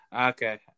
okay